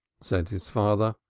said his father,